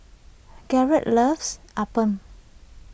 Garrett loves Appam